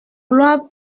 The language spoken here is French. gloire